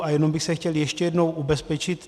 A jenom bych se chtěl ještě jednou ubezpečit.